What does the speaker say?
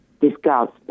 discussed